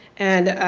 and